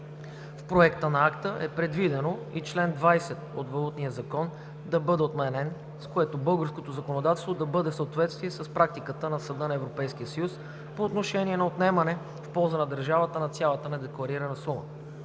В Проекта на акт е предвидено и чл. 20 от Валутния закон да бъде отменен, с което българското законодателство ще бъде в съответствие с практиката на Съда на Европейския съюз по отношение на отнемането в полза на държавата на цялата недекларирана сума.